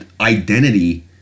identity